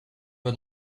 pas